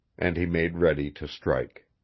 and he made ready to strike.